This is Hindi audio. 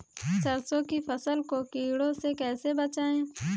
सरसों की फसल को कीड़ों से कैसे बचाएँ?